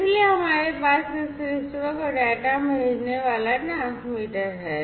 इसलिए हमारे पास इस रिसीवर को डेटा भेजने वाला ट्रांसमीटर है